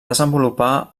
desenvolupar